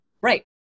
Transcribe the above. Right